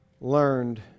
learned